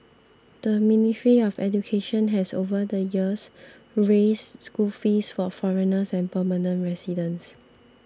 the Ministry of Education has over the years raised school fees for foreigners and permanent residents